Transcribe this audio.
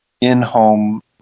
in-home